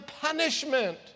punishment